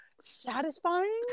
satisfying